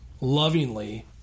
lovingly